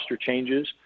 changes